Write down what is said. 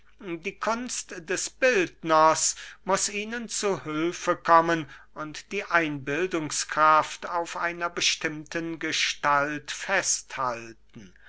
die kunst des bildners muß ihnen zu hülfe kommen und die einbildungskraft auf einer bestimmten gestalt festhalten